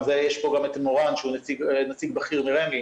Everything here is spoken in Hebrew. יש פה את מורן שהוא נציג בכיר מרמ"י